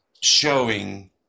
showing